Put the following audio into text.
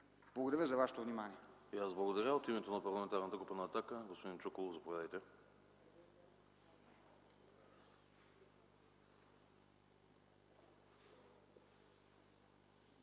Благодаря за Вашето внимание.